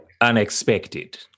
Unexpected